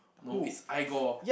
no it's